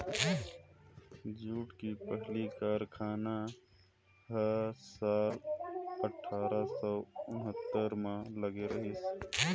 jute के पहिली कारखाना ह साल अठारा सौ उन्हत्तर म लगे रहिस